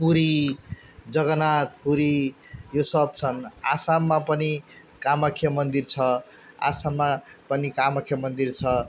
पुरी जगन्नाथ पुरी यो सब छन् असममा पनि कामाख्या मन्दिर छ असममा पनि कामाख्या मन्दिर छ